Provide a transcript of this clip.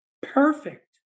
perfect